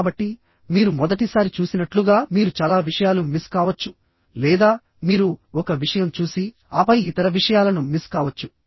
కాబట్టి మీరు మొదటిసారి చూసినట్లుగా మీరు చాలా విషయాలు మిస్ కావచ్చు లేదా మీరు ఒక విషయం చూసి ఆపై ఇతర విషయాలను మిస్ కావచ్చు